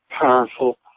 powerful